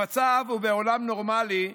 במצב ובעולם נורמלי,